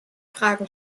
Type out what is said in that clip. fragen